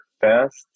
fast